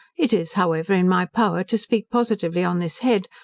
it is, however, in my power to speak positively on this head,